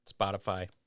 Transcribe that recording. Spotify